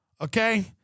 Okay